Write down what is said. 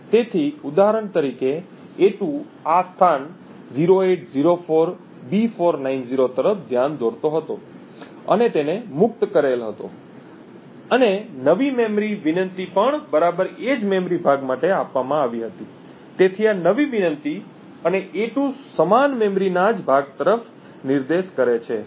તેથી ઉદાહરણ તરીકે a2 આ સ્થાન 0804B490 તરફ ધ્યાન દોરતો હતો અને તેને મુક્ત કરેલ હતો અને નવી મેમરી વિનંતી પણ બરાબર એ જ મેમરી ભાગ માટે આપવામાં આવી હતી તેથી આ નવી વિનંતી અને a2 સમાન મેમરીના જ ભાગ તરફ નિર્દેશ કરે છે